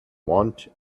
want